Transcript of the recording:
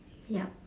ya